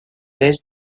l’est